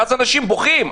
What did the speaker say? ואז אנשים בוכים.